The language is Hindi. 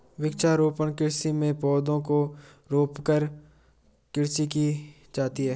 वृक्षारोपण कृषि में पौधों को रोंपकर खेती की जाती है